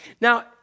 Now